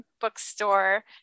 bookstore